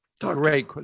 Great